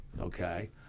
okay